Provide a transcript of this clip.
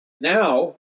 now